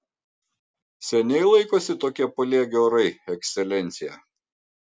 seniai laikosi tokie paliegę orai ekscelencija